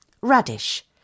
Radish